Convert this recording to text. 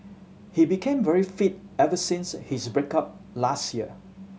he became very fit ever since his break up last year